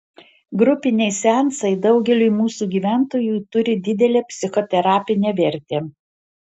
grupiniai seansai daugeliui mūsų gyventojų turi didelę psichoterapinę vertę